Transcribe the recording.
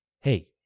hey